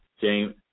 James